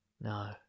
No